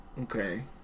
Okay